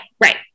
right